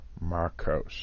Marcos